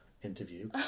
interview